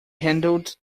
handled